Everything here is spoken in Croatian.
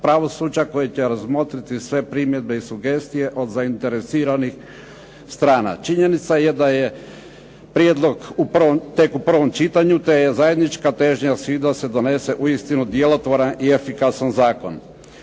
pravosuđa koji će razmotriti sve primjedbe i sugestije od zainteresiranih strana. Činjenica je da je prijedlog tek u prvom čitanju, te je zajednička težnja svih da se donese uistinu djelotvoran i efikasan zakon.